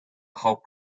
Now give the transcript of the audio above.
how